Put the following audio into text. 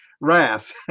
wrath